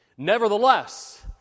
Nevertheless